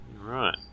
Right